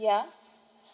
ya